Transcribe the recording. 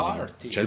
party